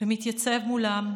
מתייצב מולם,